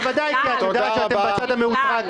בוודאי, כי את יודעת שאתם בצד המאותרג.